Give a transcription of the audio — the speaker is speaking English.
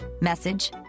message